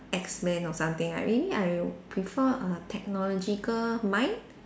X men or something right maybe I would prefer a technological mind